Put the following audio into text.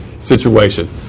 situation